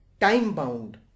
time-bound